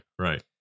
Right